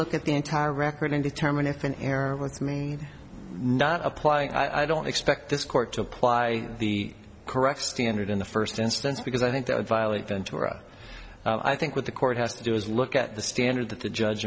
look at the entire record and determine if an error with me not applying i don't expect this court to apply the correct standard in the first instance because i think that would violate ventura i think what the court has to do is look at the standard